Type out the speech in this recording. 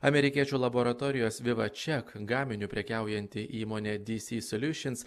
amerikiečių laboratorijos vivacheck gaminiu prekiaujanti įmonė dc solutions